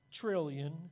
trillion